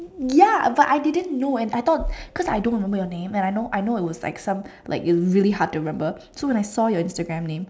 ya but I didn't know and I thought cause I don't remember your name and I know I know it was like some like its really hard to remember so when I saw your Instagram name